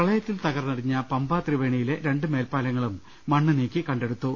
പ്രളയത്തിൽ തകർന്നടിഞ്ഞ പമ്പ ത്രിവേണിയിലെ രണ്ട് മേൽപ്പാല ങ്ങളും മണ്ണ് നീക്കി കണ്ടെടുത്തു